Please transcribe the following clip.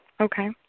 Okay